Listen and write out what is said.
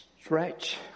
stretch